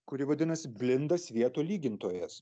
kuri vadinasi blinda svieto lygintojas